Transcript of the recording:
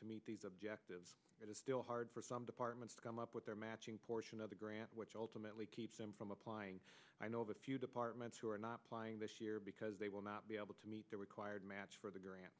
to meet these objectives it is still hard for some departments to come up with their matching portion of the grant which ultimately keeps them from applying i know of a few departments who are not applying this year because they will not be able to meet their required match for the grant